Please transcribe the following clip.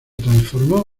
transformó